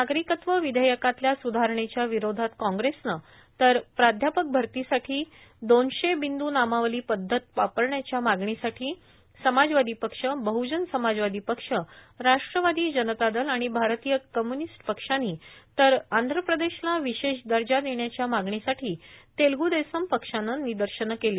नागरिकत्व विधेयकातल्या सुधारणेच्या विरोधात काँग्रेसनं तर प्राध्यापक भरतीसाठी दोनशे बिंदू नामावली पद्धत वापरण्याच्या मागणीसाठी समाजवादी पक्ष बहुजन समाजवादी पक्ष राष्ट्रवादी जनता दल आणि भारतीय कम्युनिस्ट पक्षानी तर आंध्र प्रदेशला विशेष दर्जा देण्याच्या मागणीसाठी तेलुगु देसम पक्षानं निदर्शनं केली